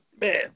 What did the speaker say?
man